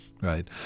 right